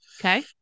Okay